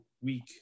week